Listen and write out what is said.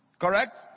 Correct